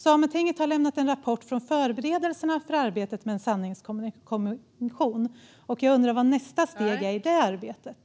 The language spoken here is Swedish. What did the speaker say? Sametinget har lämnat en rapport från förberedelserna för arbetet med en sanningskommission. Jag undrar vad nästa steg är i det arbetet.